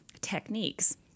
techniques